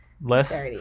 Less